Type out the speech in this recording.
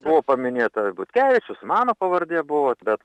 buvo paminėta ir butkevičius mano pavardė buvo bet